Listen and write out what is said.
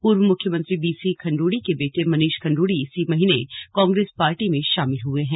पूर्व मुख्यमंत्री बीसी खंडूड़ी के बेटे मनीष खंडूड़ी इसी महीने कांग्रेस पार्टी में शामिल हुए हैं